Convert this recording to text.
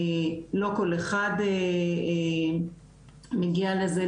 לא כל אחד מגיע לזה,